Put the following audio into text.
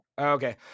okay